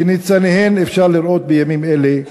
שאת ניצניהם אפשר לראות בימים אלה,